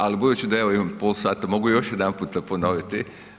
Ali budući da evo imam pola sada mogu još jedanputa ponoviti.